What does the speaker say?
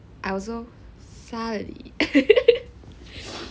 I also 杀你